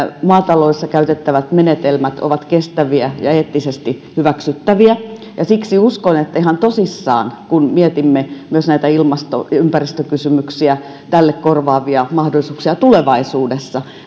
maataloudessa käytettävät menetelmät ovat kestäviä ja eettisesti hyväksyttäviä ja siksi uskon että ihan tosissaan kun mietimme myös ilmasto ja ympäristökysymyksiä ja tälle korvaavia mahdollisuuksia tulevaisuudessa